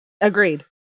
agreed